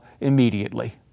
immediately